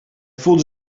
voelde